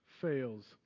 fails